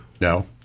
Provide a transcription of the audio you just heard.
No